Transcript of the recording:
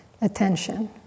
attention